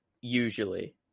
usually